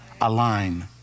align